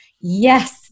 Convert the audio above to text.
yes